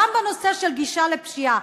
גם בנושא של גישה לפשיעה.